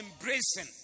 embracing